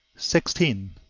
sixteen.